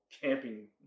camping